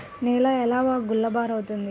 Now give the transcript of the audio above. నేల ఎలా గుల్లబారుతుంది?